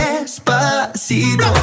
despacito